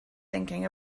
thinking